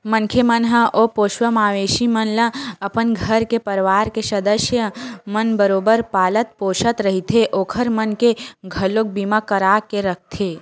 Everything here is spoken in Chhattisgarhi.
मनखे मन ह ओ पोसवा मवेशी मन ल अपन घर के परवार के सदस्य मन बरोबर पालत पोसत रहिथे ओखर मन के घलोक बीमा करा के रखथे